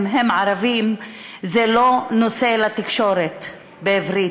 הם ערבים זה לא נושא לתקשורת בעברית,